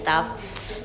oo okay